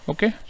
Okay